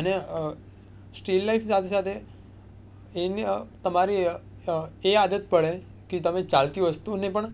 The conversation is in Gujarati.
અને સ્ટીલ લાઇફ સાથે સાથે એને તમારે એ આદત પડે કે તમે ચાલતી વસ્તુને પણ